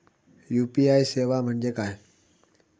UPI सेवा म्हणजे काय?